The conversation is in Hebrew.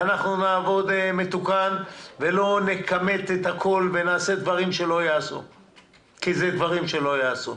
ואנחנו נעבוד מתוקן ולא נכמת את הכול ונעשה דברים שלא ייעשו,